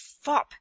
fop